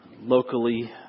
locally